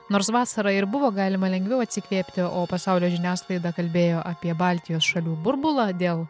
nors vasarą ir buvo galima lengviau atsikvėpti o pasaulio žiniasklaida kalbėjo apie baltijos šalių burbulą dėl